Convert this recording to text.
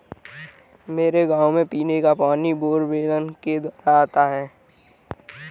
मेरे गांव में पीने का पानी बोरवेल के द्वारा आता है